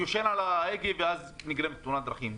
ישן על ההגה ואז נגרמת תאונת דרכים.